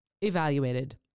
evaluated